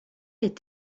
est